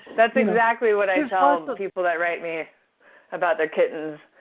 that's exactly what i tell the people that write me about their kittens.